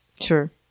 sure